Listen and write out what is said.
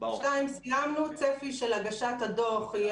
צפי להגשת הדוח,